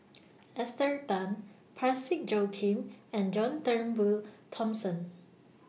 Esther Tan Parsick Joaquim and John Turnbull Thomson